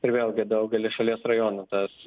ir vėlgi daugelyje šalies rajonų tas